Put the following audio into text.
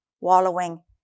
wallowing